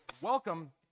welcome